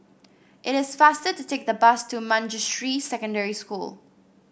it is faster to take the bus to Manjusri Secondary School